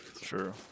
True